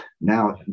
Now